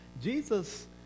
Jesus